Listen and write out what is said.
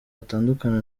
atandukana